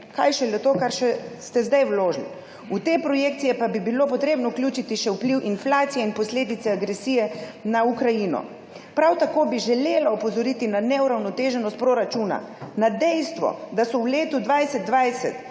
kaj šele to, kar ste zdaj vložili. V te projekcije pa bi bilo treba vključiti še vpliv inflacije in posledice agresije na Ukrajino. Prav tako bi želela opozoriti na neuravnoteženost proračuna, na dejstvo, da so v letu 2020